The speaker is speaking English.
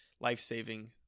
life-saving